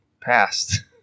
passed